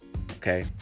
okay